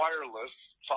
wireless